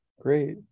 great